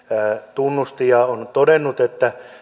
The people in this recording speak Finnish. tunnusti ja hän on todennut että nyt